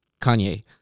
Kanye